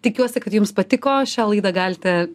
tikiuosi kad jums patiko šią laidą galite